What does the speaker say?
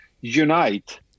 unite